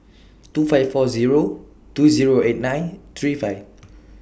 two five four Zero two Zero eight nine three five